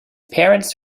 parents